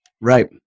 Right